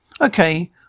Okay